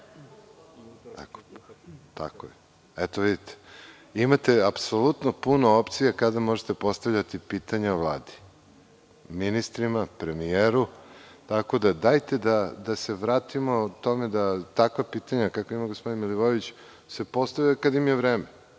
pitanja. Imate apsolutno puno opcija kada možete postavljati pitanja Vladi, ministrima, premijeru, tako da dajte da se vratimo tome da takva pitanja kakva je imao gospodin Milivojević se postavljaju kada im je vreme.